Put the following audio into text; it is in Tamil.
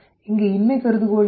இங்கே இன்மை கருதுகோள் என்ன